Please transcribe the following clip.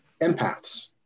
empaths